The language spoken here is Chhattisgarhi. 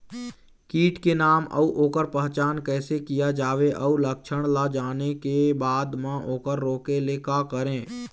कीट के नाम अउ ओकर पहचान कैसे किया जावे अउ लक्षण ला जाने के बाद मा ओकर रोके ले का करें?